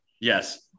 Yes